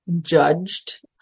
judged